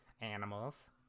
animals